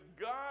God